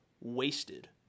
wasted